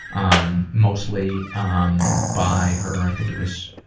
um mostly um by her, i think it was